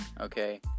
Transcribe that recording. okay